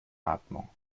atmung